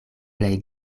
plej